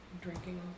drinking